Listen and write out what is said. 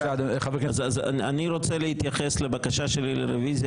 אני רוצה להתייחס לבקשה שלי לרוויזיה